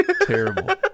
terrible